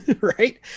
right